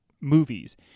movies